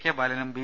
K ബാലനും B